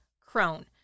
crone